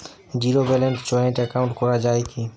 Zero ব্যালেন্সে joint account করা য়ায় কি?